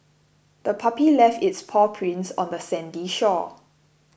the puppy left its paw prints on the sandy shore